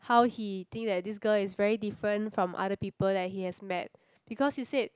how he think that this girl is very different from other people that he has met because he said